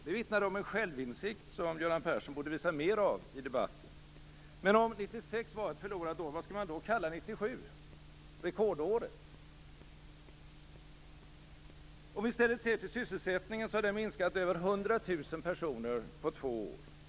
Det vittnar om en självinsikt som Göran Persson borde visa mer av i debatten. Men om 1996 var ett förlorat år, vad skall man då kalla 1997 - rekordåret? Om vi i stället ser till sysselsättningen, har den minskat med över 100 000 personer på två år.